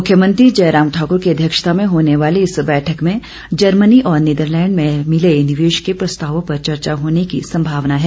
मुख्यमंत्री जयराम ठाकुर की अध्यक्षता में होने वाली इस बैठक में जर्मनी और नीदरलैंड में मिले निवेश के प्रस्तावों पर चर्चा होने की संभावना है